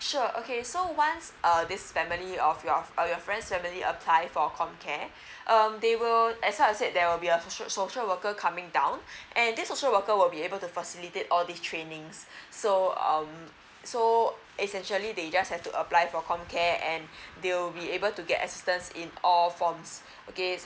sure okay so once err this family of your uh your friends family apply for comcare um they will as like I said there will be a social social worker coming down and this social worker will be able to facilitate all these trainings so um so it's actually they just have to apply for comcare and they will be able to get assistance in all forms okay